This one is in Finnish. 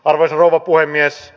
arvoisa rouva puhemies